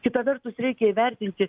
kita vertus reikia įvertinti